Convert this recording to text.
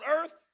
earth